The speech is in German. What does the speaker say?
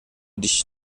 dich